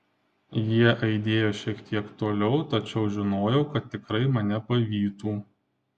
jie aidėjo šiek tiek toliau tačiau žinojau kad tikrai mane pavytų